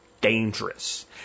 dangerous